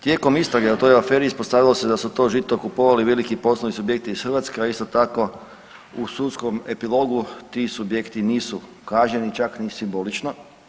Tijekom istrage o toj aferi ispostavilo se da su to žito kupovali veliki poslovni subjekti iz Hrvatske, a isto tako u sudskom epilogu ti subjekti nisu kažnjeni čak ni simbolično.